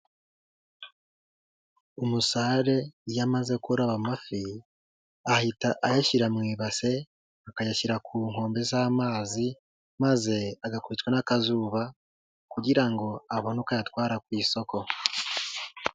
Umusare iyo amaze kuroba amafi ahita ayashyira mu ibase, akayashyira ku nkombe z'amazi maze agakubitwa n'akazuba kugira ngo abone uko ayatwara ku isoko.